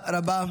תודה רבה.